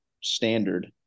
standard